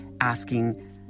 asking